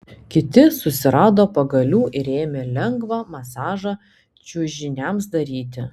kiti susirado pagalių ir ėmė lengvą masažą čiužiniams daryti